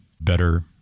better